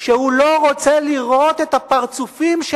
שהוא לא רוצה לראות את הפרצופים של